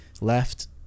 left